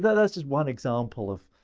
that's just one example of,